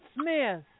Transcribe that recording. Smith